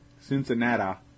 Cincinnati